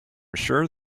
sure